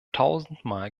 tausendmal